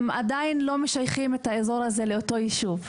הם עדיין לא משייכים את האזור הזה לאותו ישוב.